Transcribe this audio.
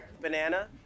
Banana